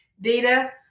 data